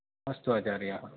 अस्तु आचार्याः